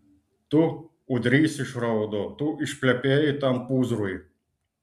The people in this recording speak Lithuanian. tu ūdrys išraudo tu išplepėjai tam pūzrui